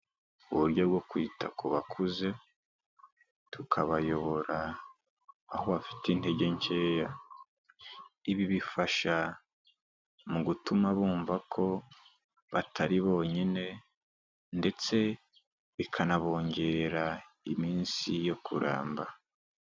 Uburyo bwo kwita ku bakuze, tukabayobora, aho bafite intege nkeya, ibi bifasha mu gutuma bumva ko batari bonyine, ndetse bikanabongera iminsi yo kuramba.